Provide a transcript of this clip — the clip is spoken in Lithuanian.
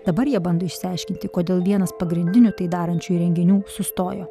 dabar jie bando išsiaiškinti kodėl vienas pagrindinių tai darančių įrenginių sustojo